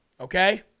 Okay